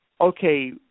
okay